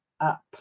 up